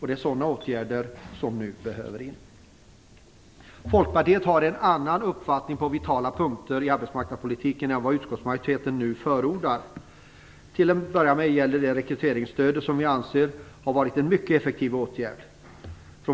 Det är sådana åtgärder som nu behöver sättas in. Folkpartiet har på vitala punkter i arbetsmarknadspolitiken en annan uppfattning än den som utskottsmajoriteten nu förordar. Det gäller rekryteringsstödet, som vi anser har varit en mycket effektiv åtgärd.